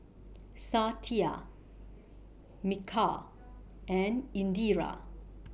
Satya Milkha and Indira